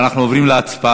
אנחנו עוברים להצבעה.